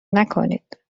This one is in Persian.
نکنید